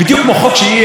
אני רוצה להזכיר לך,